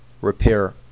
repair